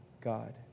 God